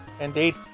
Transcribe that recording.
Indeed